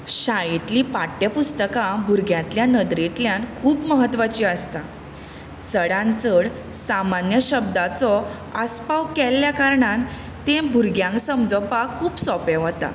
शाळेचीं पाठ्यपुस्तकां भुरग्यांंच्या नदरेंतल्यान खूब म्हत्वाचीं आसतात चडांत चड सामन्य शब्दांचो आस्पाव केल्ल्या कारणान तीं भुरग्यांक समजपाक खूब सोंपें वता